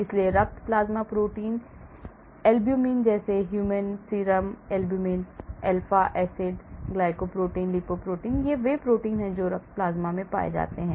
इसलिए रक्त plasma protein albumin जैसे human serum albumin alpha acid glycoprotein lipoprotein ये प्रोटीन हैं जो रक्त प्लाज्मा में पाए जाते हैं